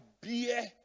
beer